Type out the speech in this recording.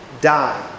die